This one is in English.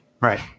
Right